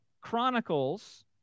Chronicles